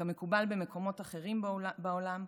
כמקובל במקומות אחרים בעולם,